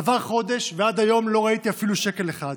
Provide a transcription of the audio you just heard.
עבר חודש, ועד היום לא ראיתי אפילו שקל אחד.